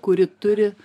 kuri turi